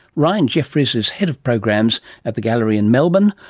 ryan jefferies is head of programs at the gallery in melbourne,